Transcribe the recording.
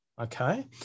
Okay